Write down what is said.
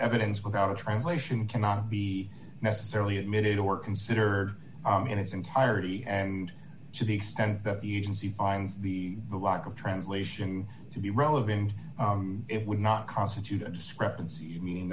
evidence without a translation cannot be necessarily admitted or considered in its entirety and to the extent that the agency finds the lack of translation to be relevant it would not constitute a discrepancy in meaning